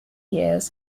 years